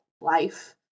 life